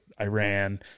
Iran